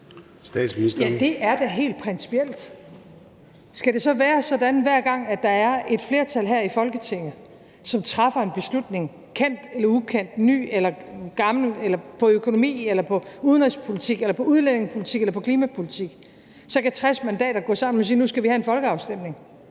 Det er da helt principielt. Skal det så være sådan, at hver gang der er et flertal her i Folketinget, som træffer en beslutning – kendt eller ukendt, ny eller gammel, om økonomi, udenrigspolitik, udlændingepolitik eller klimapolitik – så kan 60 mandater gå sammen og sige: Nu skal vi have en folkeafstemning?